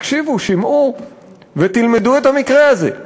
הקשיבו, שמעו ותלמדו את המקרה הזה.